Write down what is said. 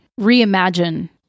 reimagine